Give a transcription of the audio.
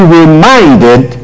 reminded